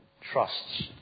trusts